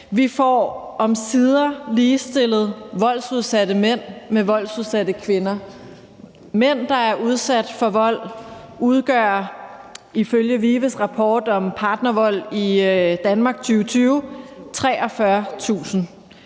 Vi får omsider ligestillet voldsudsatte mænd med voldsudsatte kvinder. Mænd, der er udsat for vold, udgør ifølge VIVE's rapport om partnervold i Danmark fra 2020 43.000.